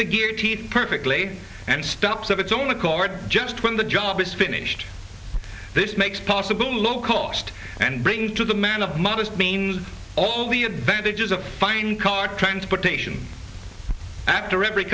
the gear teeth perfectly and stops of its own accord just when the job is finished this makes possible low cost and bring to the man of modest means all the advantages of fine car transportation after every